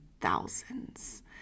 thousands